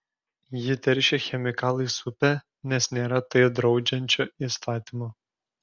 ji teršia chemikalais upę nes nėra tai draudžiančio įstatymo